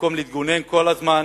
במקום להתגונן כל הזמן